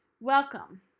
welcome